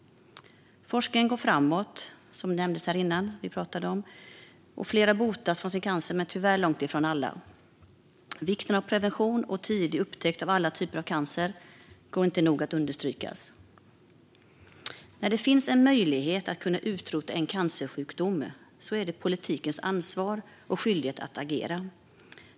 Som nämndes tidigare går forskningen framåt, och flera botas från sin cancer men tyvärr långt ifrån alla. Vikten av prevention och tidig upptäckt av alla typer av cancer går inte att nog understryka. När det finns en möjlighet att kunna utrota en cancersjukdom är det politikens ansvar och skyldighet att agera.